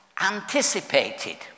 anticipated